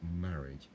marriage